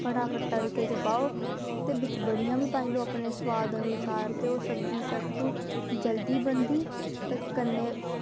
फटाफट तड़के च पाओ ते बिच बड़ियां बी पाई लैओ अपने सोआद अनुसार ते ओह् सब्ज़ी सब तू जल्दी बनदी ते कन्नै